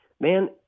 man